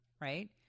right